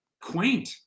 quaint